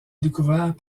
découvert